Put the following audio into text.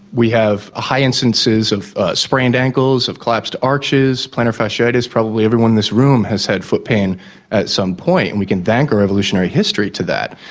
we have high instances of sprained ankles, of collapsed arches, plantar fasciitis, probably everyone in this room has had foot pain at some point and we can thank our evolutionary history to that.